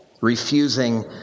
refusing